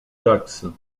taxes